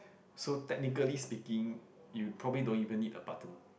so technically speaking you probably don't even need a button